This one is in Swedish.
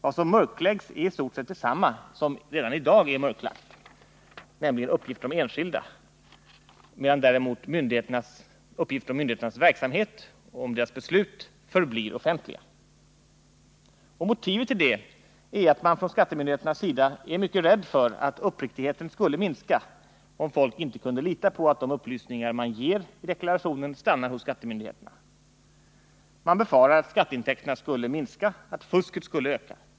Vad som mörkläggs är i stort sett detsamma som redan i dag är mörklagt, nämligen uppgifter om enskilda, medan däremot uppgifter om myndigheternas verksamhet och beslut förblir offentliga. Motivet till detta är att man från skattemyndigheternas sida är mycket rädd för att uppriktigheten skulle minska om folk inte kunde lita på att de upplysningar de ger i deklarationen stannar hos skattemyndigheten. Man befarar att skatteintäkterna skulle minska, att fusket skulle öka.